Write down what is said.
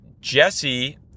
Jesse